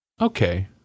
okay